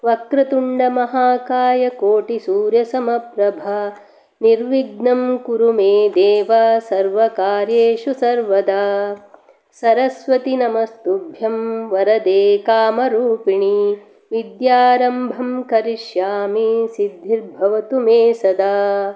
वक्रतुण्डमहाकाय कोटिसूर्यसमप्रभ निर्विघ्नं कुरु मे देव सर्वकार्येषु सर्वदा सरस्वति नमस्तुभ्यं वरदे कामरूपिणि विद्यारम्भं करिष्यामि सिद्धिर्भवतु मे सदा